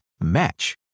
match